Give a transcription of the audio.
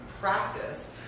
practice